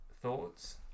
thoughts